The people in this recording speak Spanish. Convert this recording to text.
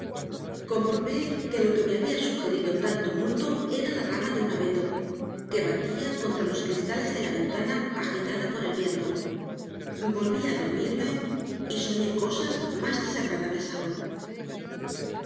comprobé que lo que me había sugerido tal tumulto era la rama de un abeto que batía contra los cristales de la ventana agitada por el viento volví a dormirme y soñé cosas más desagradables aún